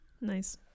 Nice